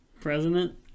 President